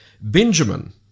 Benjamin